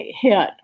hit